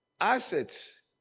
assets